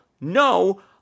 no